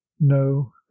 no